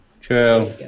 True